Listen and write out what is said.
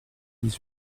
dix